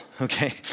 okay